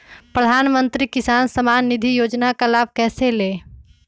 प्रधानमंत्री किसान समान निधि योजना का लाभ कैसे ले?